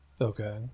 Okay